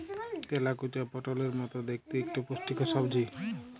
তেলাকুচা পটলের মত দ্যাইখতে ইকট পুষ্টিকর সবজি